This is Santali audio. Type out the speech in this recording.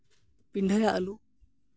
ᱯᱤᱰᱷᱟᱹᱭᱟ ᱟᱹᱞᱩ